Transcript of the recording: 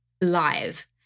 live